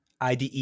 IDE